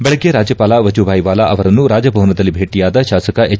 ಬೆಳಗ್ಗೆ ರಾಜ್ಯಪಾಲ ವಜುಬಾಯಿ ವಾಲಾ ಅವರನ್ನು ರಾಜಭವನದಲ್ಲಿ ಭೇಟಿಯಾದ ಶಾಸಕ ಎಚ್